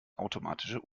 automatische